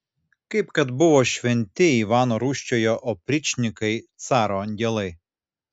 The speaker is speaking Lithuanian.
kaip kad buvo šventi ivano rūsčiojo opričnikai caro angelai